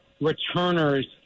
returners